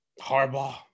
harbaugh